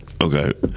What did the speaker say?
okay